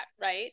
right